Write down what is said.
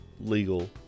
legal